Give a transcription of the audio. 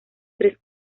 tres